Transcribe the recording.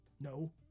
No